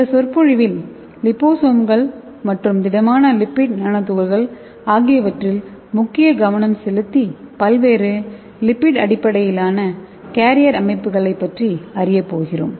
இந்த சொற்பொழிவில் லிபோசோம்கள் மற்றும் திடமான லிப்பிட் நானோ துகள்கள் ஆகியவற்றில் முக்கிய கவனம் செலுத்தி பல்வேறு லிப்பிட் அடிப்படையிலான கேரியர் அமைப்புகளைப் பற்றி அறியப் போகிறோம்